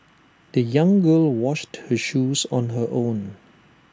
the young girl washed her shoes on her own